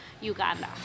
Uganda